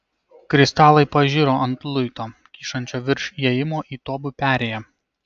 kristalai pažiro ant luito kyšančio virš įėjimo į tobių perėją